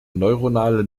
neuronale